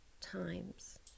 times